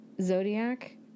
Zodiac